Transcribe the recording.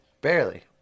Barely